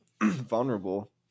vulnerable